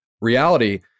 reality